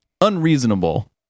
unreasonable